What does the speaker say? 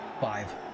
Five